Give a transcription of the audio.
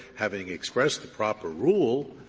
having expressed a proper rule,